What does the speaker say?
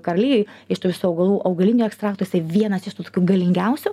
karalijoj iš tų visų augalų augalinių ekstraktų jisai vienas iš tų tokių galingiausių